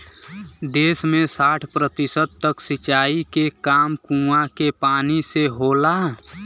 देस में साठ प्रतिशत तक सिंचाई के काम कूंआ के पानी से होला